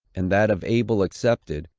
and that of abel accepted,